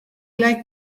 like